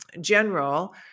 general